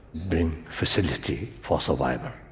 bring facility for survival.